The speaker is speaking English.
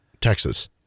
Texas